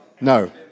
No